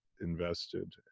invested